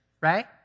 Right